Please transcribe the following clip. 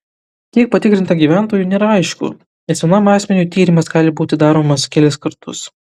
kiek patikrinta gyventojų nėra aišku nes vienam asmeniui tyrimas gali būti daromas kelis kartus